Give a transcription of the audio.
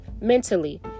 Mentally